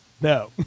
No